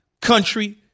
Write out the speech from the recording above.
country